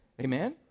Amen